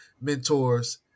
mentors